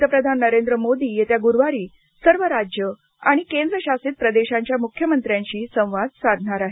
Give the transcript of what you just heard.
पंतप्रधान नरेंद्र मोदी येत्या गुरुवारी सर्व राज्य आणि केंद्र शासित प्रदेशांच्या मुख्यमंत्र्यांशी संवाद साधणार आहेत